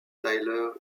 tyler